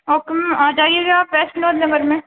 okay ma'am آ جائیے گا آپ ویسٹ نور نگر میں